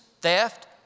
theft